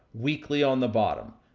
weekly on the bottom.